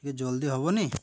ଟିକେ ଜଲ୍ଦି ହବନି